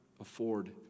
afford